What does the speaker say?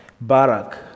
Barak